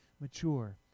mature